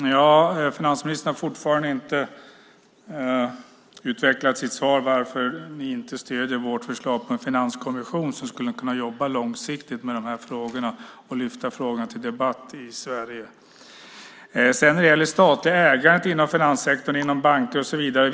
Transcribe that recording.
Fru talman! Finansministern har fortfarande inte utvecklat sitt svar på frågan varför ni inte stöder vårt förslag på en finanskommission som skulle kunna jobba långsiktigt med frågorna och lyfta upp dem till debatt i Sverige. Sedan var det frågan om det statliga ägandet inom finanssektorn, banker och så vidare.